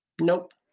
Nope